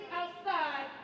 outside